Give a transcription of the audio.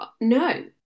no